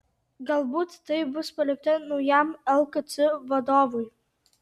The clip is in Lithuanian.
galbūt tai bus palikta naujam lkc vadovui